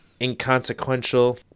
inconsequential